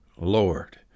lord